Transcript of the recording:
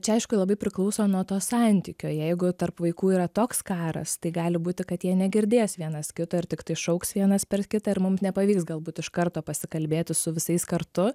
čia aišku labai priklauso nuo to santykio jeigu tarp vaikų yra toks karas tai gali būti kad jie negirdės vienas kito ir tiktai šauks vienas per kitą ir mum nepavyks galbūt iš karto pasikalbėti su visais kartu